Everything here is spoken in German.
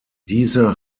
diese